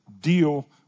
deal